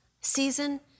Season